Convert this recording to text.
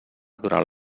durant